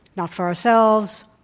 not for ourselves,